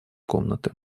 комнаты